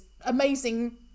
amazing